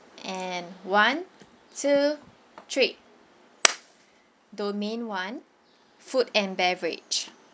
and one two three domain one food and beverage